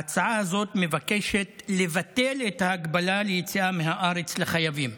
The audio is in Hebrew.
ההצעה הזאת מבקשת לבטל את ההגבלה על יציאה מהארץ לחייבים.